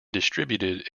distributed